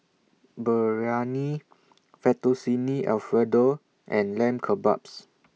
Biryani Fettuccine Alfredo and Lamb Kebabs